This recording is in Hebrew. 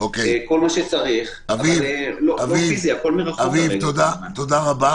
כל מה שצריך- -- תודה רבה,